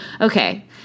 Okay